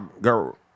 girl